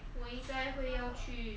我应该会要去